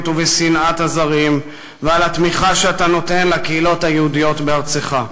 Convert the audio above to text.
ובשנאת הזרים ועל התמיכה שאתה נותן לקהילות היהודיות בארצך.